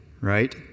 right